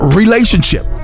relationship